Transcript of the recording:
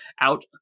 out